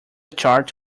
chart